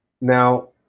Now